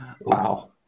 Wow